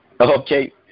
Okay